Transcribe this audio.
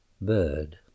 bird